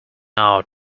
hour